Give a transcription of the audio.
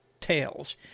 tails